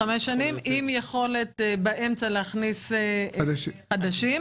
עם יכולת באמצע להכניס חדשים.